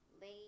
late